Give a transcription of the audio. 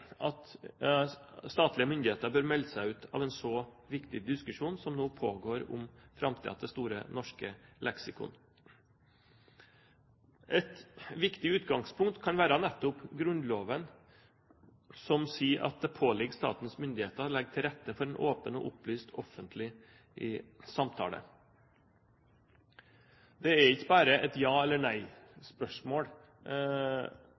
at statlige myndigheter bør melde seg ut av en så viktig diskusjon som nå pågår, om framtiden til Store norske leksikon. Et viktig utgangspunkt kan være nettopp Grunnloven, som sier at det påligger statens myndigheter å legge til rette for en åpen og opplyst offentlig samtale. Spørsmålet om statens rolle når det gjelder Store norske leksikon, er ikke bare et ja eller